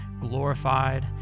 glorified